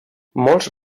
molts